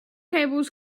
tables